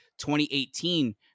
2018